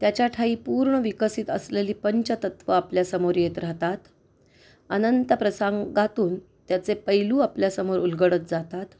त्याच्या ठायी पूर्ण विकसित असलेली पंचतत्त्वं आपल्यासमोर येत राहतात अनंत प्रसंगातून त्याचे पैलू आपल्यासमोर उलगडत जातात